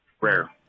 rare